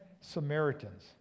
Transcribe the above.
Samaritans